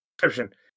description